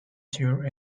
tour